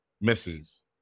misses